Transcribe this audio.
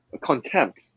contempt